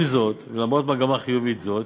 עם זאת, ולמרות מגמה חיובית זאת,